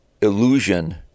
illusion